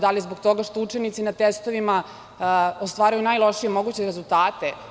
Da li zbog toga što učenici na testovima ostvaruju najlošije moguće rezultate?